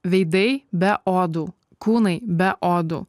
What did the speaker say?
veidai be odų kūnai be odų